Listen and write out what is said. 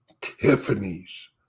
Tiffany's